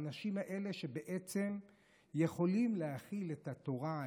האנשים האלה שבעצם יכולים להכיל את התורה,